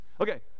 Okay